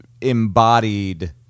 embodied